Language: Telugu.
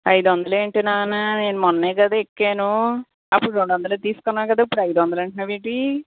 ఐదు వందలు ఎంటి నాన్నా నేను మొన్ననే కదా ఎక్కాను అప్పుడు రెండు వందలే కదా తీసుకున్నావు ఇప్పుడు ఐదు వందలు అంటున్నావు ఎంటి